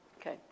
Okay